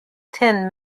ten